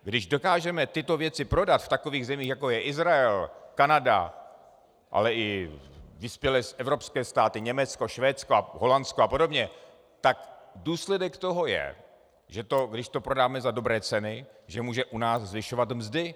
Když dokážeme tyto věci prodat v takových zemích, jako je Izrael, Kanada, ale i vyspělé evropské státy, Německo, Švédsko, Holandsko apod., tak důsledek toho je, že to, když to prodáme za dobré ceny, může u nás zvyšovat mzdy.